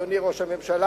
אדוני ראש הממשלה,